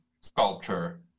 sculpture